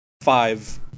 five